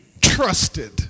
trusted